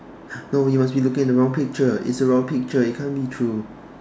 no you must be looking at the wrong picture it's a wrong picture it can't be true